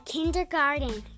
Kindergarten